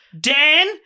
Dan